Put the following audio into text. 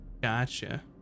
Gotcha